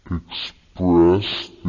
expressed